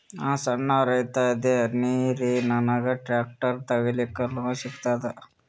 ನಾನ್ ಸಣ್ ರೈತ ಅದೇನೀರಿ ನನಗ ಟ್ಟ್ರ್ಯಾಕ್ಟರಿ ತಗಲಿಕ ಲೋನ್ ಸಿಗತದ?